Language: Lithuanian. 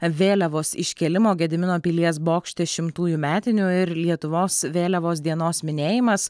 vėliavos iškėlimo gedimino pilies bokšte šimtųjų metinių ir lietuvos vėliavos dienos minėjimas